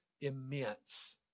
immense